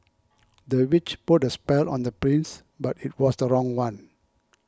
the witch put a spell on the prince but it was the wrong one